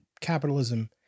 capitalism